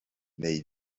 neu